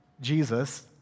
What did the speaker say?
Jesus